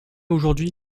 aujourd’hui